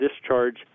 discharge